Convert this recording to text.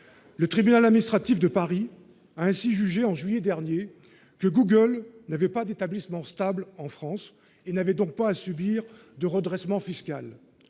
le tribunal a mais sera-t-il de Paris ainsi jugé en juillet dernier que Google n'avait pas d'établissement stable en France et n'avait donc pas à subir de redressement fiscal,